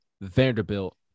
Vanderbilt